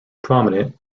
prominent